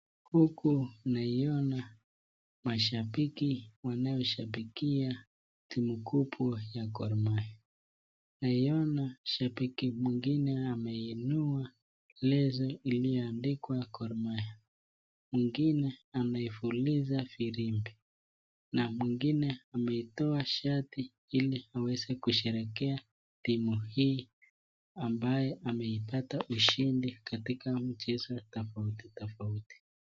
Huku naiona mashabiki wanao shabikia timu kubwa ya Gormahia, naona shabiki mwingine ameinua leso iliyoandikwa Gormahia, mwingine anapuliza firimbi na mwingine ametoa shati hili aweze kusherekea timu hii ambayo imepata ushindi katika mchezo tofauti tofauti.